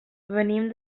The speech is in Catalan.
venim